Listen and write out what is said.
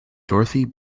dorothy